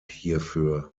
hierfür